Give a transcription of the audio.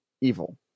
evil